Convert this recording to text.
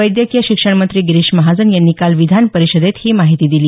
वैद्यकीय शिक्षण मंत्री गिरीश महाजन यांनी काल विधान परिषदेत ही माहिती दिली